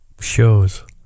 shows